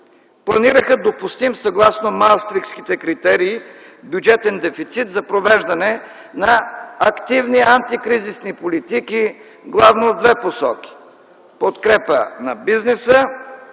планираха допустим съгласно Маастрихтските критерии бюджетен дефицит за провеждане на активни антикризисни политики главно в две посоки: подкрепа на бизнеса,